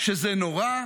שזה נורא,